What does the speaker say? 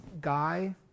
guy